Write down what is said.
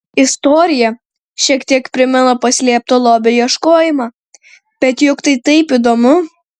istorija šiek tiek primena paslėpto lobio ieškojimą bet juk tai taip įdomu